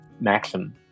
maxim